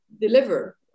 deliver